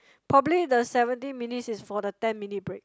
probably the seventy minutes is for the ten minute break